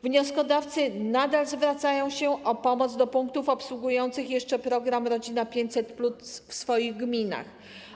Wnioskodawcy nadal zwracają się o pomoc do punktów obsługujących jeszcze program „Rodzina 500+” w swoich gminach.